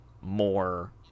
more